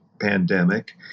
pandemic